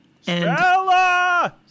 Stella